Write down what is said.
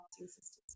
assistance